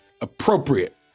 appropriate